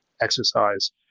exercise